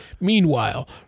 Meanwhile